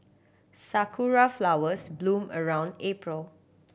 sakura flowers bloom around April